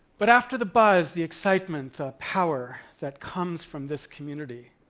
but after the buzz, the excitement, the power that comes from this community,